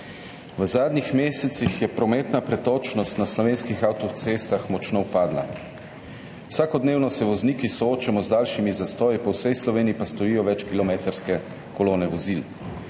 V zadnjih mesecih je prometna pretočnost na slovenskih avtocestah močno upadla. Vsakodnevno se vozniki soočamo z daljšimi zastoji, po vsej Sloveniji pa stojijo večkilometrske kolone vozil.